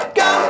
go